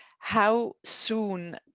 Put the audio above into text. how soon?